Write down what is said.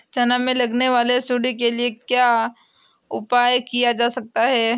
चना में लगने वाली सुंडी के लिए क्या उपाय किया जा सकता है?